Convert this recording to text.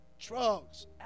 Drugs